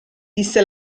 disse